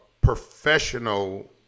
professional